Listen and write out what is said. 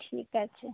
ঠিক আছে